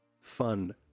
fun